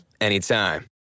anytime